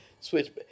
switch